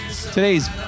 today's